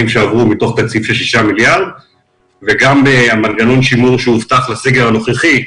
שעברו מתוך תקציב של שישה מיליארד שקלים וגם מה שהובטח בסגר הנוכחי,